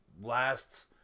last